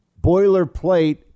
boilerplate